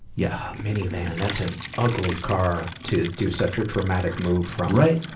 yeah, minivan. that's an ugly car to do such a traumatic move fromry right?